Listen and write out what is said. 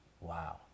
Wow